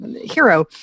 hero